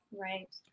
Right